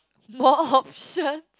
more options